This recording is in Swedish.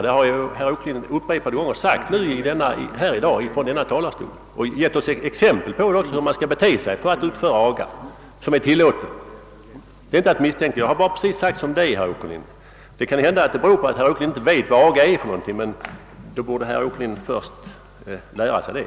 Det har herr Åkerlind själv upprepade gånger betygat i dag från denna talarstol, och han har även givit oss exempel på hur man skall bete sig för att utöva aga som enligt hans mening är tillåten. Om herr Åkerlind anser att jag har misstänkliggjort honom beror det kanske på att han inte vet vad aga är, men då borde herr Åkerlind lära sig det.